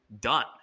done